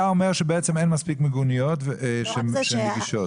אתה אומר שאין מספיק מיגוניות נגישות,